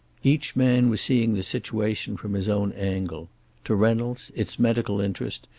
each man was seeing the situation from his own angle to reynolds, its medical interest,